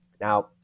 Now